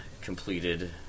completed